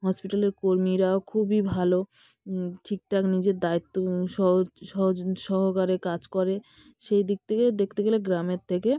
হসপিটালের কর্মীরাও খুবই ভালো ঠিকঠাক নিজের দায়িত্ব সহকারে কাজ করে সেই দিক থেকে দেখতে গেলে গ্রামের থেকে